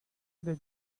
the